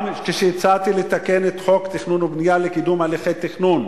גם כשהצעתי לתקן את חוק התכנון והבנייה לקידום הליכי תכנון